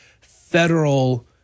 federal